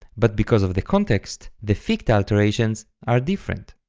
but because of the context, the ficta alterations are different,